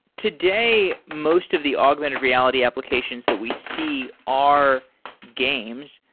today, most of the augmented reality applications that we see our games,